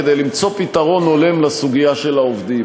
כדי למצוא פתרון הולם לסוגיה של העובדים.